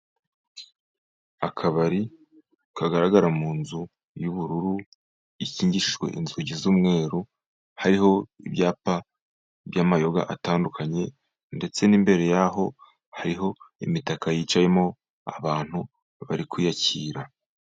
Akabari kagaragara mu nzu y'ubururu, ikingishijwe inzugi z'umweru, hariho ibyapa by'amayoga atandukanye, ndetse n'imbere y'aho hariho, imitaka yicayemo abantu bari kuyakira.